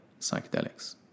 psychedelics